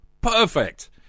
Perfect